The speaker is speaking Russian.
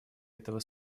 этого